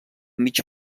mig